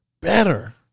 Better